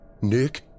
Nick